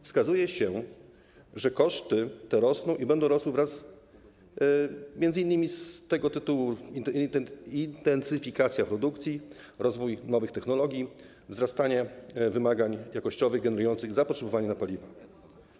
Wskazuje się, że koszty te rosną i będą rosły wraz z m.in. intensyfikacją produkcji, rozwojem nowych technologii, wzrastaniem wymagań jakościowych generujących zapotrzebowanie na paliwo.